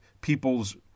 people's